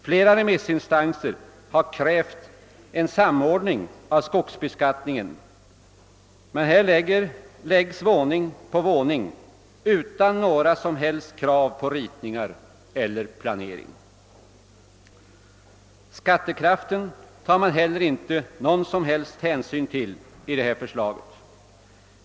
Flera remissinstanser har krävt en samordning med skogsbeskattningen, men här läggs våning på våning utan några som helst krav på ritningar eller planering. Skattekraften tar man heller inte någon hänsyn till i detta förslag.